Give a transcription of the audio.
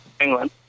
England